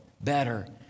better